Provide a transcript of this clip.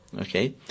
okay